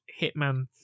Hitman